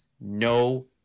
no